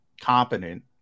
competent